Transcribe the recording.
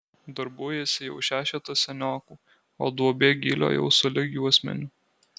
darbuojasi jau šešetas seniokų o duobė gylio jau sulig juosmeniu